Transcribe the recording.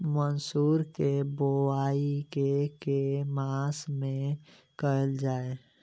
मसूर केँ बोवाई केँ के मास मे कैल जाए?